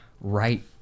right